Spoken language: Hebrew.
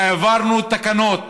העברנו תקנות